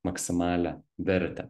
maksimalią vertę